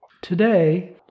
Today